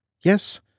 Yes